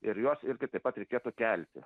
ir juos irgi taip pat reikėtų kelti